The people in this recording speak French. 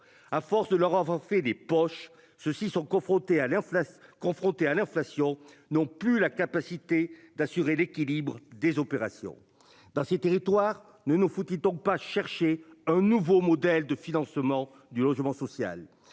À force de leur avons fait les poches. Ceux-ci sont confrontés à l'inflation, confrontés à l'inflation non plus la capacité d'assurer l'équilibre des opérations dans ces territoires ne nous foot il tombe pas chercher un nouveau modèle de financement du logement social